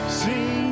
sing